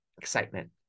excitement